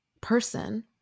person